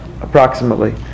approximately